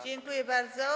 Dziękuję bardzo.